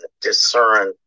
discern